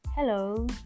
hello